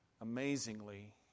amazingly